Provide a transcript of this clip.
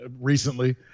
recently